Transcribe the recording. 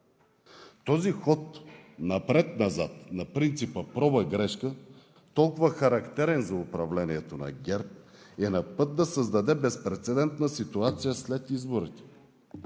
Този ход напред-назад на принципа проба – грешка, толкова характерен за управлението на ГЕРБ, е на път да създаде безпрецедентна ситуация след изборите